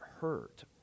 hurt